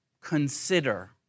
consider